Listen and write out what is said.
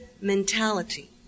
mentality